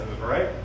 right